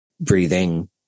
breathing